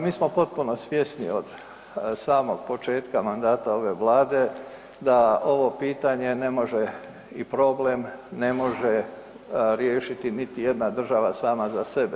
Mi smo potpuno svjesni od samog početka mandata ove Vlade da ovo pitanje ne može i problem ne može riješiti niti jedna država sama za sebe.